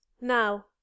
Now